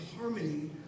harmony